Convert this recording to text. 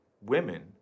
Women